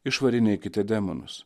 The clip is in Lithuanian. išvarinėkite demonus